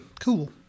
Cool